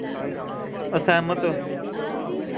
असैह्मत